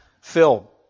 Phil